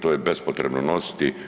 To je bespotrebno nositi.